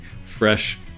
fresh